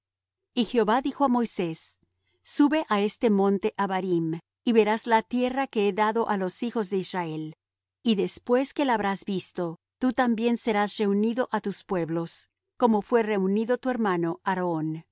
y jehová dijo á moisés sube á este monte abarim y verás la tierra que he dado á los hijos de israel y después que la habrás visto tú también serás reunido á tus pueblos como fué reunido tu hermano aarón